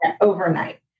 overnight